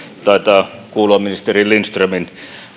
taitaa kuulua ministeri lindströmin